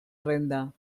renda